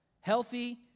Healthy